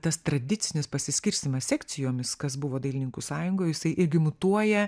tas tradicinis pasiskirstymas sekcijomis kas buvo dailininkų sąjungoj jisai irgi mutuoja